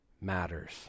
matters